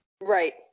right